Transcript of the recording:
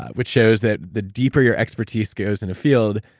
ah which shows that, the deeper your expertise goes in a field,